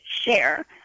share